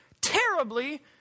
terribly